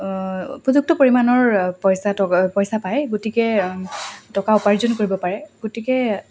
উপযুক্ত পৰিমাণৰ পইচা ট পইচা পায় গতিকে টকা উপাৰ্জন কৰিব পাৰে গতিকে